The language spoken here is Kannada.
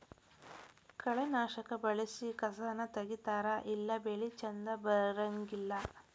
ಕಳೆನಾಶಕಾ ಬಳಸಿ ಕಸಾನ ತಗಿತಾರ ಇಲ್ಲಾ ಬೆಳಿ ಚಂದ ಬರಂಗಿಲ್ಲಾ